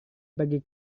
pergi